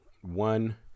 one